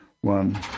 one